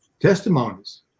testimonies